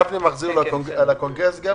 חני שטרית.